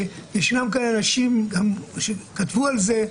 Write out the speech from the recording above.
ויש אנשים שגם כתבו על זה,